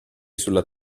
sulla